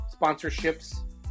sponsorships